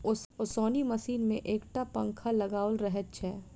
ओसौनी मशीन मे एक टा पंखा लगाओल रहैत छै